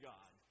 God